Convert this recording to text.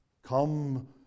Come